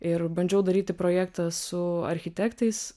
ir bandžiau daryti projektą su architektais